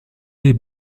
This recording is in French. les